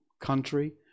country